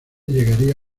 llegaría